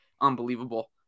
Unbelievable